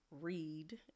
read